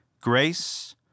Grace